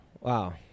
Wow